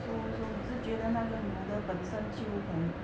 so so 你是觉得那个 noodle 本身就很